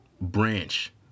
branch